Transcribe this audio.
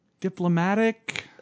Diplomatic